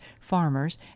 farmers